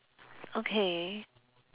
okay